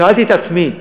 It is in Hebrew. שאלתי את עצמי: